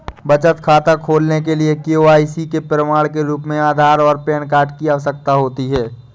बचत खाता खोलने के लिए के.वाई.सी के प्रमाण के रूप में आधार और पैन कार्ड की आवश्यकता होती है